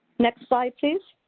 next slide please.